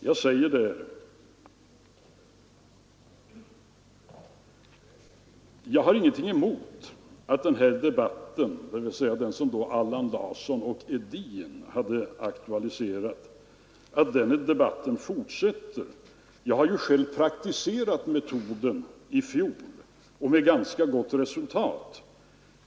Jag säger där: ”Jag har emellertid ingenting emot att den här debatten fortsätter. Jag har ju själv praktiserat metoden i fjol — och med ganska gott resultat, tycker jag.